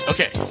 Okay